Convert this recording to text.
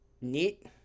neat